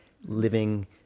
living